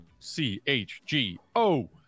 CHGO